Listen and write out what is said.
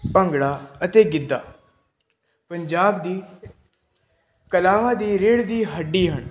ਭੰਗੜਾ ਅਤੇ ਗਿੱਧਾ ਪੰਜਾਬ ਦੀ ਕਲਾਵਾਂ ਦੀ ਰੀੜ ਦੀ ਹੱਡੀ ਹਨ